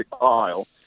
aisle